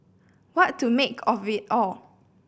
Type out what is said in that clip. what to make of it all